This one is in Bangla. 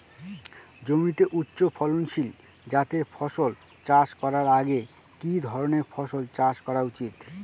জমিতে উচ্চফলনশীল জাতের ফসল চাষ করার আগে কি ধরণের ফসল চাষ করা উচিৎ?